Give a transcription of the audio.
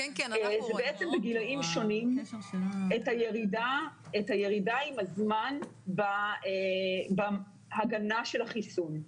זה בגילים שונים את הירידה עם הזמן בהגנה של החיסון.